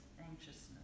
anxiousness